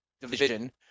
division